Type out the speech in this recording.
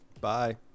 Bye